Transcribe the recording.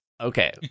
okay